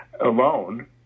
alone